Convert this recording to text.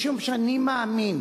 משום שאני מאמין